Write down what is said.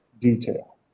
detail